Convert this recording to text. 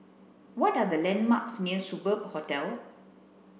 what are the landmarks near Superb Hotel